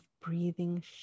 breathing